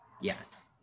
yes